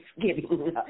thanksgiving